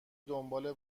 دنباله